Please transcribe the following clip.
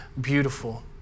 beautiful